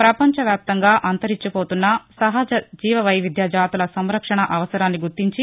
ప్రపంచవ్యాప్తంగా అంతరించిపోతున్న సహజ జీవవైవిధ్య జాతుల సంరక్షణ అవసరాన్ని గుర్తించి